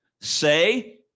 say